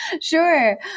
Sure